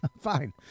Fine